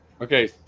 okay